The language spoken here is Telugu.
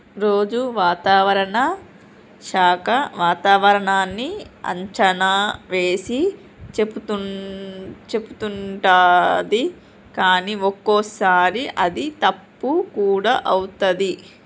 రోజు వాతావరణ శాఖ వాతావరణన్నీ అంచనా వేసి చెపుతుంటది కానీ ఒక్కోసారి అది తప్పు కూడా అవుతది